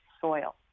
soil